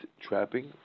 trapping